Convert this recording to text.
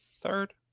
Third